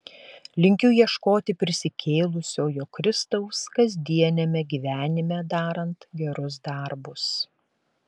linkiu ieškoti prisikėlusiojo kristaus kasdieniame gyvenime darant gerus darbus